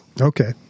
Okay